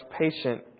patient